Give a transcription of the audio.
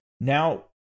now